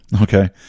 okay